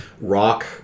rock